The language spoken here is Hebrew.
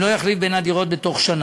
לפי החוק בנוסחו כיום,